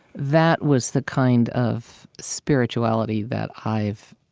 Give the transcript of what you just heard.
that was the kind of spirituality that i've